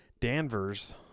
Danvers